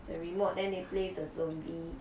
the remote then they play the zombie